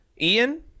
Ian